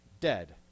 Dead